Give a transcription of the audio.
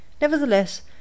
Nevertheless